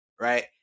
Right